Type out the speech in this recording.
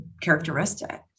characteristic